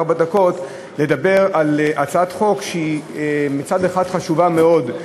לדבר על הצעת חוק שהיא מצד אחד חשובה מאוד,